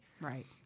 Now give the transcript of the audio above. Right